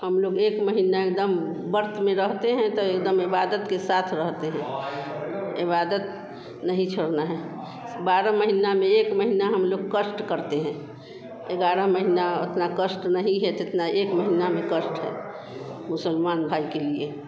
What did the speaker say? हम लोग एक महीना एक दम व्रत में रहते हैं तो एक दम इबादत के साथ रहते हैं इबादत नहीं छोड़ना है बारों महीनों में एक महीना हम लोग कष्ट करते हैं ये ग्यारह महीना उतना कष्ट नहीं है जितना एक महीना में कष्ट है मुसलमान भाई के लिए